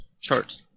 chart